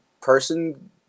person